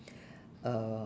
uh